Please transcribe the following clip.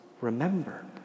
remember